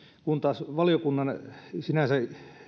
kun taas valiokunnan sinänsä